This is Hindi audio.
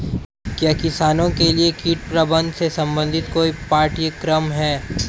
क्या किसानों के लिए कीट प्रबंधन से संबंधित कोई पाठ्यक्रम है?